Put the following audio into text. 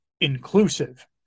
inclusive